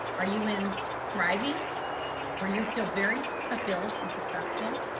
are you in thriving where you feel very fulfilled and successful?